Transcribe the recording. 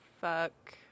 fuck